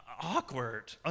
awkward